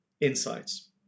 insights